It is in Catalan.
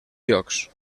llocs